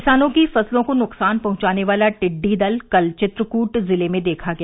किसानों की फसलों को नुकसान पहुंचाने वाला टिड्डी दल कल चित्रकूट जिले में देखा गया